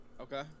Okay